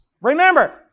Remember